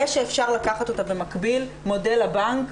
ושאפשר לקחת אותה במקביל, מודל הבנק.